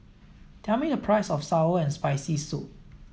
tell me the price of sour and spicy soup